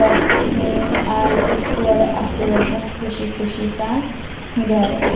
پَتہٕ آیہِ أسۍ تورٕ اَصۭل پٲٹھۍ خُشی خُشی سان گَرٕ